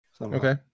okay